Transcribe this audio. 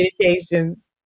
communications